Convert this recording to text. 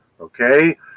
okay